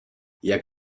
jak